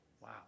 Wow